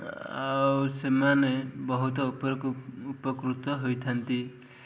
ଆଉ ସେମାନେ ବହୁତ ଉପକୃତ ହୋଇଥାନ୍ତି